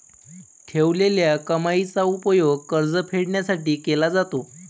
ठेवलेल्या कमाईचा उपयोग कर्ज फेडण्यासाठी केला जातो